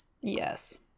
yes